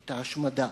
את ההשמדה,